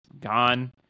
gone